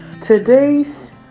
today's